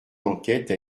d’enquête